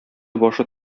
башы